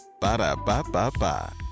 Ba-da-ba-ba-ba